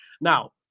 Now